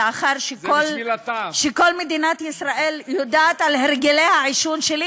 לאחר שכל מדינת ישראל יודעת על הרגלי העישון שלי,